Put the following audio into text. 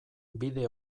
bide